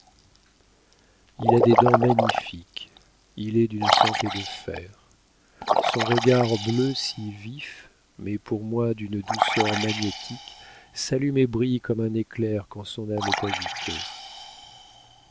il a des dents magnifiques il est d'une santé de fer son regard bleu si vif mais pour moi d'une douceur magnétique s'allume et brille comme un éclair quand son âme est agitée